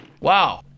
Wow